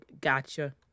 Gotcha